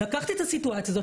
לקחת את הסיטואציה הזאת,